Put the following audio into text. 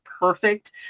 perfect